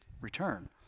return